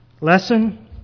Lesson